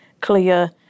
clear